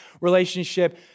relationship